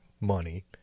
money